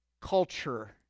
culture